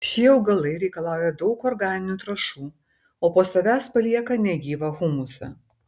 šie augalai reikalauja daug organinių trąšų o po savęs palieka negyvą humusą